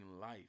life